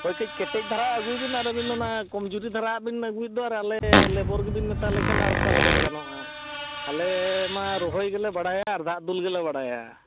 ᱦᱳᱭ ᱠᱟᱹᱡ ᱠᱮᱴᱮᱡ ᱫᱦᱟᱨᱟ ᱟᱹᱜᱩᱭ ᱵᱤᱱ ᱚᱱᱟ ᱠᱚᱢ ᱡᱩᱨᱤ ᱫᱷᱟᱨᱟᱣᱟᱜ ᱵᱤᱱ ᱟᱹᱜᱩᱭᱮᱫ ᱫᱚ ᱟᱞᱮ ᱞᱮᱵᱚᱨ ᱜᱮᱵᱤᱱ ᱢᱮᱛᱟ ᱞᱮ ᱠᱟᱱᱟ ᱟᱨ ᱚᱠᱟ ᱞᱮᱭᱟ ᱜᱟᱱᱚᱜᱼᱟ ᱟᱞᱮᱢᱟ ᱨᱚᱦᱚᱭ ᱜᱮᱞᱮ ᱵᱟᱲᱟᱭᱟ ᱟᱨ ᱫᱟᱜ ᱫᱩᱞ ᱜᱮᱞᱮ ᱵᱟᱲᱟᱭᱟ